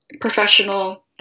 professional